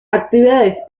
actividades